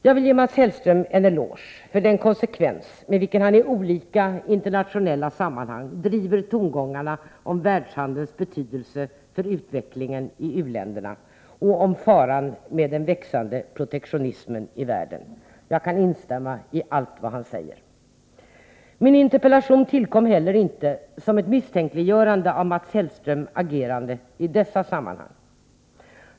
Jag vill ge Mats Hellström en eloge för den konsekvens med vilken han i olika internationella sammanhang så att säga driver tongångarna om världshandelns betydelse för utvecklingen i u-länderna och om faran med den växande protektionismen i världen. Jag kan instämma i allt vad han säger. Min interpellation tillkom inte för att misstänkliggöra Mats Hellströms agerande i dessa sammanhang.